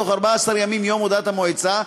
בתוך 14 ימים מיום הודעת המועצה,